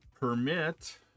permit